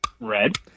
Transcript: Red